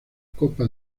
copa